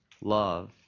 love